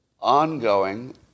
ongoing